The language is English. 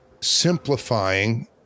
simplifying